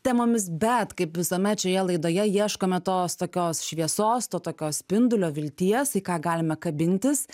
temomis bet kaip visuomet šioje laidoje ieškome tos tokios šviesos to tokio spindulio vilties į ką galime kabintis